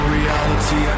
reality